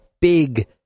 big